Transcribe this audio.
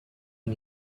you